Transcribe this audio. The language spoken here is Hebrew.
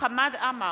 חמד עמאר,